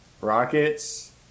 Rockets